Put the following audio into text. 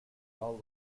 all